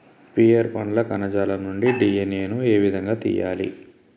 Pear పండ్ల కణజాలం నుండి డి.ఎన్.ఎ ను ఏ విధంగా తియ్యాలి?